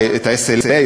את ה-SLA,